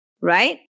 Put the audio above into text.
right